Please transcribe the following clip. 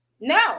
No